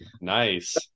Nice